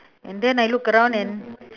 and then I look around and